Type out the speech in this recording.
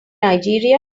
nigeria